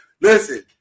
Listen